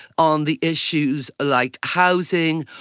on the issues like housing,